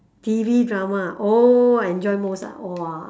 T_V drama oh I enjoy most ah !wah!